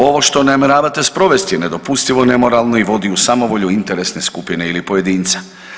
Ovo što namjeravate sprovesti je nedopustivo, nemoralno i vodi u samovolju interesne skupine ili pojedinca.